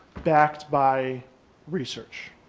backed by research.